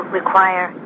require